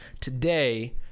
today